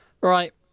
right